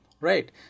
Right